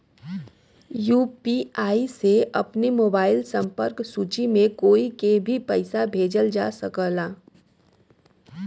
UPI से अपने mobile संपर्क सूची में कोई के भी पइसा भेजल जा सकल जाला